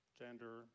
gender